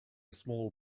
small